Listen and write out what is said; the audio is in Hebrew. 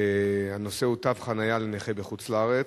הנושא הוא תו חנייה לנכה בחוץ-לארץ.